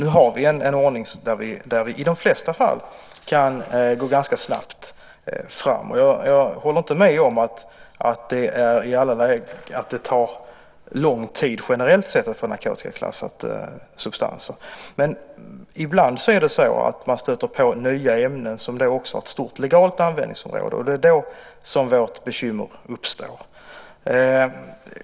Nu har vi en ordning där vi i de flesta fall kan gå ganska snabbt fram. Jag håller inte med om att det tar lång tid generellt sett att få substanser narkotikaklassade, men ibland är det så att man stöter på nya ämnen som också har ett stort legalt användningsområde. Det är då vårt bekymmer uppstår.